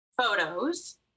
photos